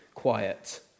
quiet